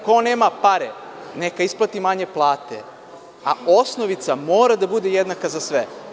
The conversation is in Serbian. Ko nema pare, neka isplati manje plate, a osnovica mora da bude jednaka za sve.